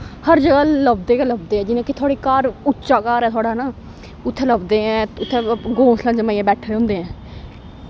हर जगा लब्भदे गै लब्भदे ऐ जियां थोआड़े घर उच्चा घर ऐ थोहाड़ा न उत्थैं लब्भदे ऐं उत्थैं घोंसला जमाईयै बैट्ठे होंदा ऐं